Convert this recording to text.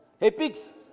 epics